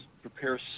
prepare